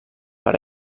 per